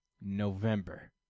November